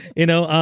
you know, um